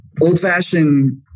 old-fashioned